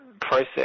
process